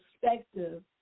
perspective